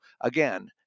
again